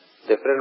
Different